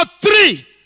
three